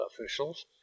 officials